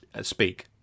speak